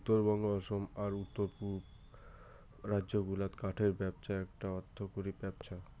উত্তরবঙ্গ, অসম আর উত্তর পুব রাজ্য গুলাত কাঠের ব্যপছা এ্যাকটা অর্থকরী ব্যপছা